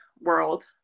world